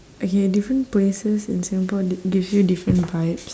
okay different places in singapore d~ give you different vibes